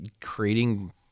creating